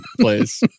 place